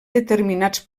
determinats